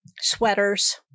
sweaters